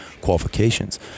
qualifications